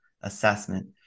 assessment